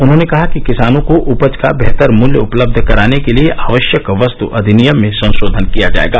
उन्होंने कहा कि किसानों को उपज का बेहतर मूल्य उपलब्ध कराने के लिए आवश्यक वस्त अधिनियम में संशोधन किया जाएगा